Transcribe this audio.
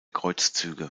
kreuzzüge